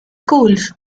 schools